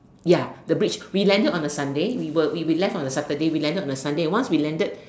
ya the bridge we landed on a Sunday we were we we left on a Saturday we landed on a Sunday once we landed